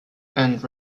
and